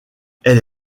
elle